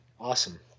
awesome